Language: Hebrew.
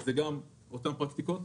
זה גם אותן פרקטיקות.